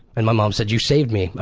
and my mom said you saved me,